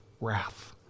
wrath